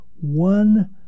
one